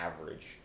average